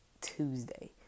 Tuesday